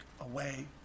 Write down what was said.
away